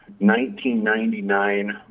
1999